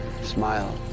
Smile